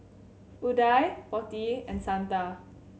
Udai Potti and Santha